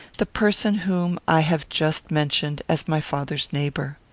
the person whom i have just mentioned as my father's neighbour.